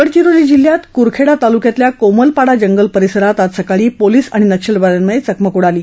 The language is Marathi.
गडचिरोली जिल्ह्यात कुरखेडा तालुक्यातील कोमलपाडा जंगल परिसरात आज सकाळी पोलिस आणि नक्षलवाद्यांमध्ये चकमक उडाली